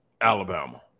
Alabama